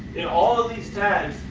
in all of these tags,